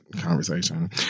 conversation